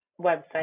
website